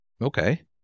Okay